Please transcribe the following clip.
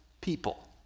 people